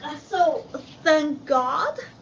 ah so ah thank god,